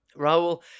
Raul